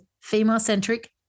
female-centric